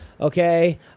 Okay